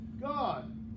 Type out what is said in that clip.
God